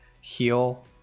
heal